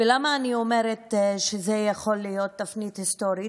ולמה אני אומרת שזו יכולה להיות תפנית היסטורית?